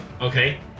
Okay